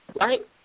right